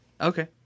Okay